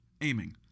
aiming